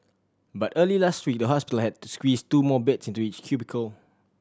but early last week the hospital had to squeeze two more beds into each cubicle